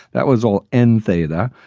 that was all end theta.